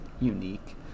unique